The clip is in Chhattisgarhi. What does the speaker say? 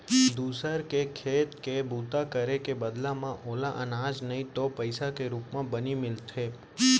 दूसर के खेत के बूता करे के बदला म ओला अनाज नइ तो पइसा के रूप म बनी मिलथे